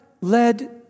led